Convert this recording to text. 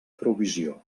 provisió